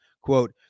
quote